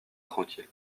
tranquille